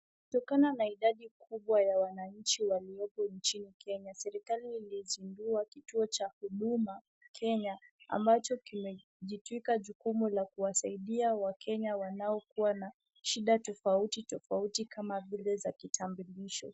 Kutokana na idadi kubwa ya wananchi walioko nchini Kenya, serikali ilizindua kituo cha huduma Kenya ambacho kimejitwika jukumu la kuwasaidia wakenya wanaokuwa na shida tofauti tofauti kama vile za kitambulisho.